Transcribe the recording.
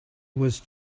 was